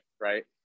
Right